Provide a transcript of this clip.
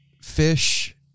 fish